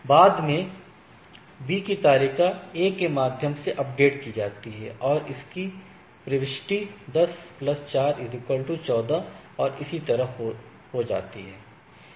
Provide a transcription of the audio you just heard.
बाद में B की तालिका A के माध्यम से अपडेट की जाती है और इसकी प्रविष्टि 10 4 14 और इसी तरह होती जाती है